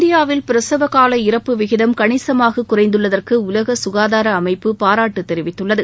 இந்தியாவில் பிரசவ கால இறப்பு விகிதம் கணிசமாக குறைந்துள்ளதற்கு உலக ககாதார அமைப்பு பாராட்டு தெரிவித்துள்ளது